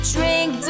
Drink